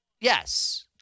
yes